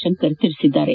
ಶಂಕರ್ ತಿಳಿಸಿದ್ದಾರೆ